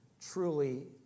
truly